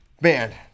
man